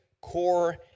core